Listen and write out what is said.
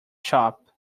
shop